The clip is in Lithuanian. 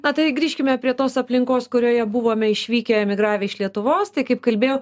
na tai grįžkime prie tos aplinkos kurioje buvome išvykę emigravę iš lietuvos tai kaip kalbėjau